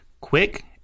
quick